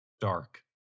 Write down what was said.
dark